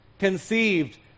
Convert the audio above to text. conceived